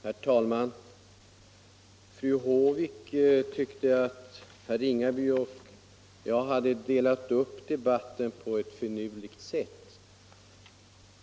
Herr talman! Fru Håvik tyckte att herr Ringaby och jag hade delat upp debatten på ett finurligt sätt.